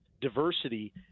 diversity